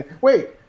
wait